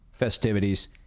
festivities